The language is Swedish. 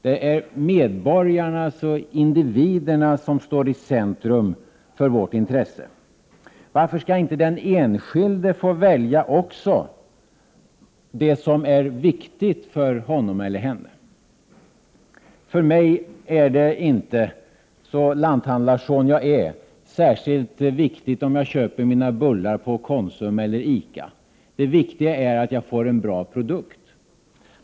Det är medborgarna och individerna som står i centrum för vårt intresse. Varför skall inte också den enskilde få välja vad som är viktigt för honom eller henne? För mig är det inte, så lanthandlarson jag är, särskilt noga om jag köper mina bullar på Konsum eller ICA. Det viktiga är att jag får en bra produkt.